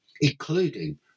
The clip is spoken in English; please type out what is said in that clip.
including